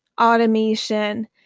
automation